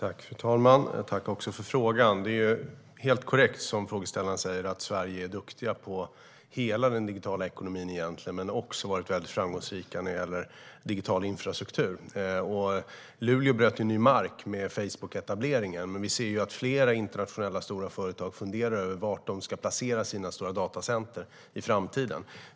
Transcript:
Fru talman! Jag tackar för frågan. Det är helt korrekt som frågeställaren säger att Sverige är duktigt på hela den digitala ekonomin, men vi har också varit väldigt framgångsrika när det gäller digital infrastruktur. Luleå bröt ny mark med Facebooketableringen. Men vi ser att flera internationella stora företag funderar över var de ska placera sina stora datacenter i framtiden.